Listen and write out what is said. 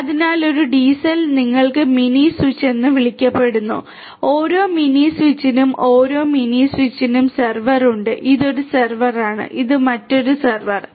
അതിനാൽ ഒരു DCell ൽ നിങ്ങൾക്ക് മിനി സ്വിച്ച് എന്ന് വിളിക്കപ്പെടുന്നു ഓരോ മിനി സ്വിച്ച് നും ഓരോ മിനി സ്വിച്ച് നും ഒരു സെർവർ ഉണ്ട് ഇത് ഒരു സെർവർ ആണ് ഇത് മറ്റൊരു സെർവർ ആണ്